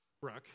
Brooke